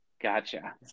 Gotcha